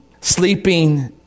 sleeping